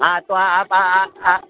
હા તો હા હા હા હા